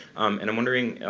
and i'm wondering,